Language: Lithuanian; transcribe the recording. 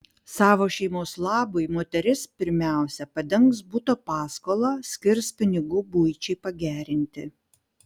savo šeimos labui moteris pirmiausia padengs buto paskolą skirs pinigų buičiai pagerinti